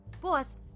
Boss